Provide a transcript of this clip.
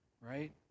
right